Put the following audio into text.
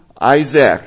Isaac